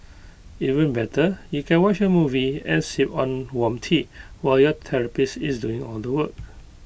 even better you can watch A movie and sip on warm tea while your therapist is doing all the work